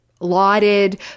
lauded